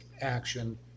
action